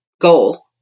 goal